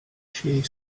she